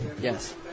Yes